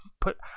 put